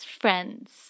friends